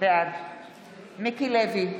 בעד מיקי לוי,